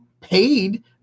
paid